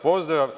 Pozdrav.